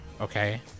Okay